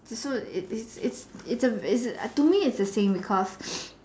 so it's it's it's a to me it's the same because